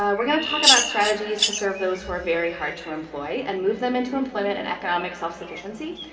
ah we're gonna talk about strategies to serve those who are very hard to employ and move them into employment and economic self-sufficiency,